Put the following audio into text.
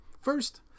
First